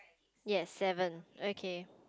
yes seven okay